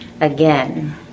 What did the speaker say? Again